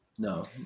No